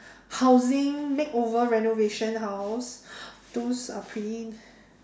housing makeover renovation house those are pretty